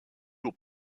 aux